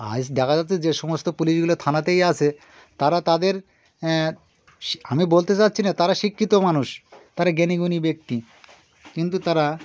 আজ দেখা যাচ্ছে যে সমস্ত পুলিশগুলো থানাতেই আছে তারা তাদের আমি বলতে চাইছি না তারা শিক্ষিত মানুষ তারা জ্ঞানীগুণী ব্যক্তি কিন্তু তারা